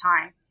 time